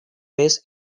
this